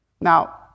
Now